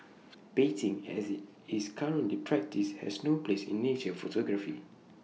baiting as IT is currently practised has no place in nature photography